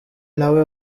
nawe